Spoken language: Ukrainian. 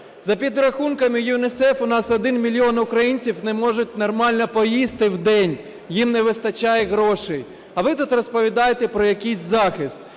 За підрахунками ЮНІСЕФ у нас 1 мільйон українців не можуть нормально поїсти в день, їм не вистачає грошей. А ви тут розповідаєте про якийсь захист.